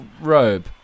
robe